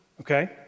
okay